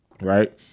right